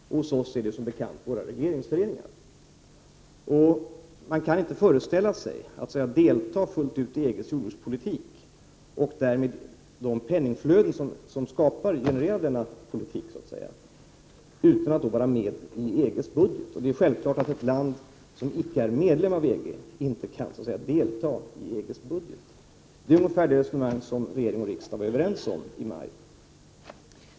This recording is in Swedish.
Hos oss är det som bekant våra regleringsföreningar som gör detta. Man kan inte föreställa sig att delta fullt ut i EG:s jordbrukspolitik och därmed de penningflöden som så att säga genererar denna politik utan att vara med i EG:s budget. Det är självklart att ett land som icke är medlem av EG inte kan delta i EG:s budget. Riksdagen och regeringen var i maj överens om ungefär det resonemanget.